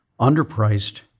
underpriced